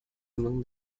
among